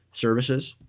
services